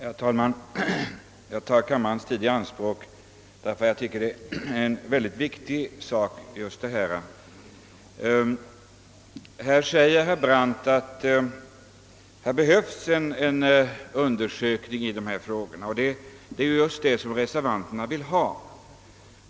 Herr talman! Jag tar kammarens tid ytterligare i anspråk därför att jag tycker att den fråga vi nu behandlar är mycket viktig. Herr Brandt säger att det behövs en undersökning. Ja, det är just en sådan som vi reservanter vill ha.